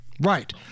Right